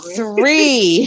three